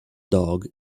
dog